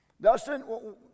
Dustin